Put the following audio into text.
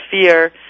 fear